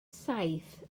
saith